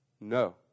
no